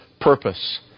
purpose